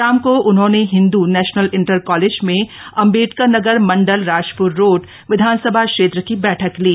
शाम को उन्होंने हिंदू नेशनल इंटर कॉलेज में अंबेडकरनगर मंडल राजप्र रोड विधानसभा क्षेत्र की बैठक ली